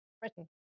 Britain